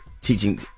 teaching